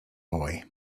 boy